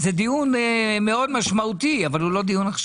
זה דיון משמעותי מאוד אבל הוא לא עכשיו.